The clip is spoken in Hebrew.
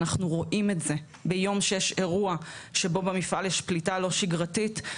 אנחנו רואים את זה ביום שיש אירוע שבו במפעל יש פליטה לא שגרתית,